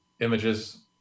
images